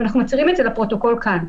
ואנחנו מצהירים את זה לפרוטוקול כאן.